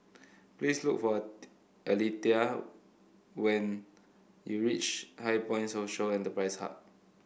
please look for Aletha when you reach HighPoint Social Enterprise Hub